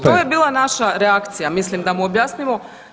to je bila naša reakcija, mislim da mu objasnimo.